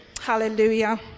Hallelujah